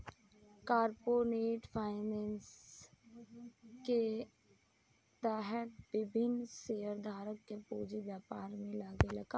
corporate finance के तहत विभिन्न शेयरधारक के पूंजी व्यापार में लागेला